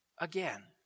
Again